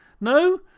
No